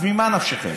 אז ממה נפשכם?